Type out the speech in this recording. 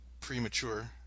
premature